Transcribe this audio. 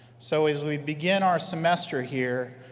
so as we begin our semester here,